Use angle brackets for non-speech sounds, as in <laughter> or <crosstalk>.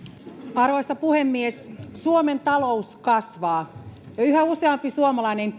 arvoisa puhemies suomen talous kasvaa ja yhä useampi suomalainen <unintelligible>